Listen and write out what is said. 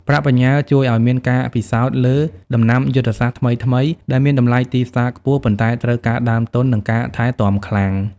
ប្រាក់បញ្ញើជួយឱ្យមានការពិសោធន៍លើ "ដំណាំយុទ្ធសាស្ត្រថ្មីៗ" ដែលមានតម្លៃទីផ្សារខ្ពស់ ប៉ុន្តែត្រូវការដើមទុន និងការថែទាំខ្លាំង។